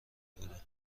بوده